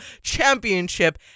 Championship